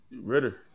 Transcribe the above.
Ritter